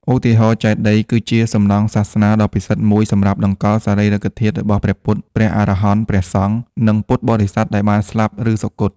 ឧទាហរណ៍ ចេតិយ គឺជាសំណង់សាសនាដ៏ពិសិដ្ឋមួយសម្រាប់តម្កល់សារីរិកធាតុរបស់ព្រះពុទ្ធ ព្រះអរហន្ត ព្រះសង្ឃ និងពុទ្ធបរិស័ទដែលបានស្លាប់ ឬសុគត។